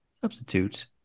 Substitute